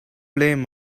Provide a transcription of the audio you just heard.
blame